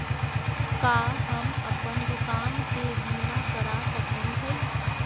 का हम अप्पन दुकान के बीमा करा सकली हई?